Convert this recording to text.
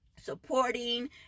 supporting